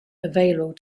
available